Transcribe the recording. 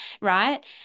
right